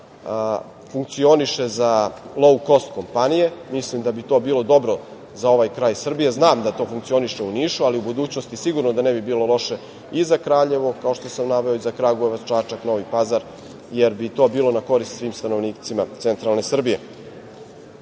funkcioniše za lou kost kompanije? Mislim da bi to bilo dobro za ovaj kraj Srbije. Znam da to funkcioniše u Nišu, ali u budućnosti sigurno da ne bi bilo loše i za Kraljevo, kao što sam naveo, i za Kragujevac, Čačak, Novi Pazar, jer bi to bilo na korist svim stanovnicima centralne Srbije. Zbog